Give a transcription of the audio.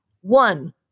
One